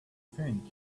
think